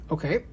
Okay